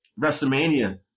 WrestleMania